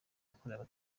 yakorewe